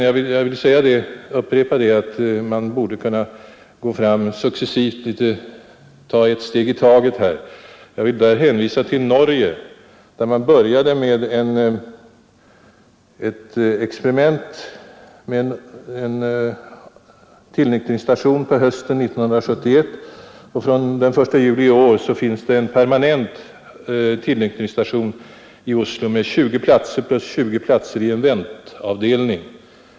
Jag upprepar att man borde ta ett steg i taget och vill då hänvisa till Norge, där man hösten 1971 påbörjade ett experiment med en tillnyktringsstation. Från den 1 juli i år finns det en permanent tillnyktringsstation i Oslo med 20 platser plus 20 platser i en väntavdelning.